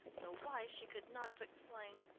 though why she could not have explained.